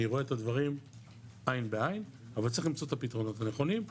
אני רואה את הדברים עין בעין אבל צריך למצוא את הפתרונות הנכונים,